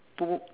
boot